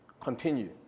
continue